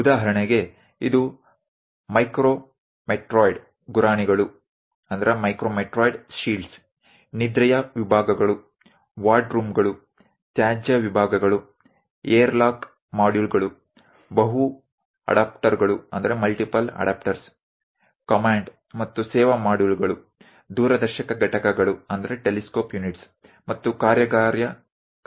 ઉદાહરણ તરીકે તેમાં micrometeoroid shields sleep compartment ward rooms waste compartment airlock modules multiple adapter command અને service modules telescope unit અને workshop unit એકમો શામેલ હોઈ શકે છે